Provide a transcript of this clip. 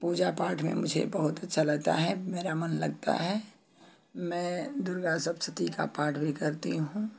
पूजा पाठ में मुझे बहुत अच्छा लगता है मेरा मन लगता है मैं दुर्गा सप्तशती का पाठ भी करती हूँ